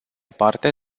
parte